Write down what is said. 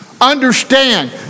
Understand